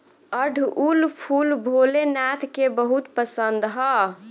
अढ़ऊल फूल भोले नाथ के बहुत पसंद ह